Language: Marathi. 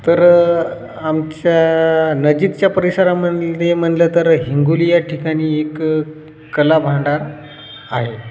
तर आमच्या नजिकच्या परिसरामध्ये म्हणलं तर हिंगोली या ठिकाणी एक कला भांडार आहे